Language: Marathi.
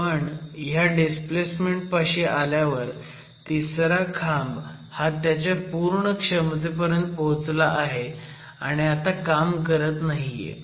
पण ह्या डिस्प्लेसमेन्ट पाशी आल्यावर तिसरा खांब हा त्याच्या पूर्ण क्षमतेपर्यंत पोहोचला आहे आणि आता काम करत नाहीये